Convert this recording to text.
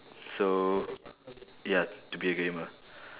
so ya to be a gamer